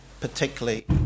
particularly